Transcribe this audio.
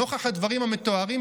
נוכח הדברים המתוארים,